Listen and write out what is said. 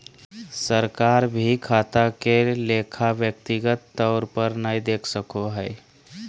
सरकार भी खाता के लेखा व्यक्तिगत तौर पर नय देख सको हय